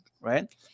right